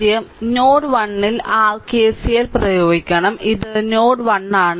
ആദ്യം നോഡ് 1 ൽ r KCL പ്രയോഗിക്കണം ഇത് നോഡ് 1 ആണ്